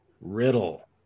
Riddle